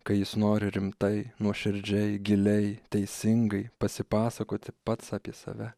kai jis nori rimtai nuoširdžiai giliai teisingai pasipasakoti pats apie save